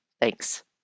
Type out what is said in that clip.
Thanks